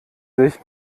sich